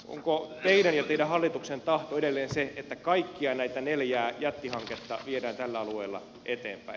onko teidän ja teidän hallituksen tahto edelleen se että kaikkia näitä neljää jättihanketta viedään tällä alueella eteenpäin